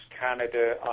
Canada